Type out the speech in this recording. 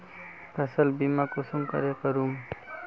फसल बीमा कुंसम करे करूम?